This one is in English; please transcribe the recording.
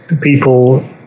people